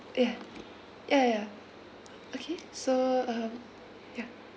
yeah ya ya ya okay so um yeah